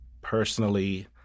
personally